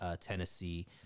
Tennessee